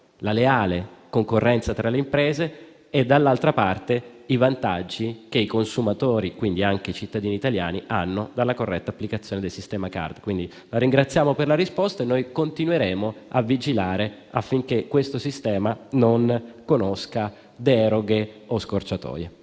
e leale concorrenza tra le imprese e, dall'altra, i vantaggi che i consumatori, quindi anche i cittadini italiani, hanno dalla corretta applicazione del sistema CARD. La ringraziamo quindi per la risposta e noi continueremo a vigilare affinché questo sistema non conosca deroghe o scorciatoie.